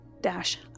dash